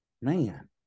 man